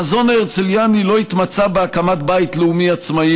החזון ההרצליאני לא התמצה בהקמת בית לאומי עצמאי